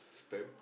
spam